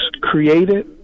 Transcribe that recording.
created